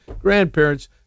grandparents